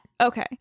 Okay